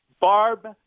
Barb